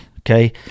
Okay